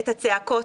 את הצעקות,